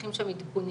שצריכים שם עדכונים.